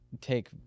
take